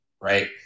Right